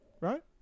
right